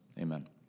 Amen